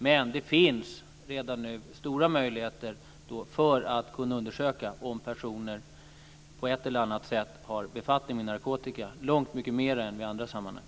Men det finns redan nu stora möjligheter att undersöka om personer på ett eller annat sätt har befattning med narkotika - långt mer än i andra sammanhang.